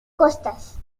costas